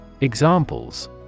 Examples